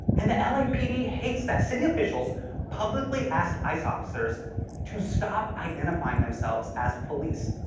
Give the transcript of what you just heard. and the lapd hates that. city officials publicly asked ice officers to stop identifying themselves as police.